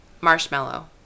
marshmallow